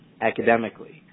academically